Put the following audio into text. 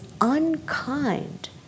unkind